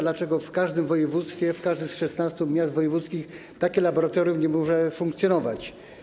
Dlaczego w każdym województwie, w każdym z 16 miast wojewódzkich takie laboratorium nie może funkcjonować?